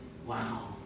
wow